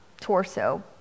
torso